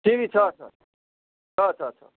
सिमी छ छ छ